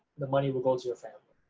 the money will go to your family,